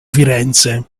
firenze